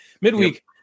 midweek